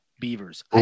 Beavers